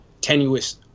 tenuous